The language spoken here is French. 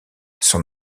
son